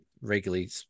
regularly